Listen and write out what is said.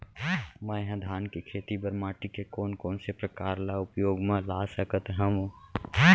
मै ह धान के खेती बर माटी के कोन कोन से प्रकार ला उपयोग मा ला सकत हव?